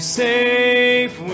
safe